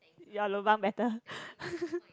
your lobang better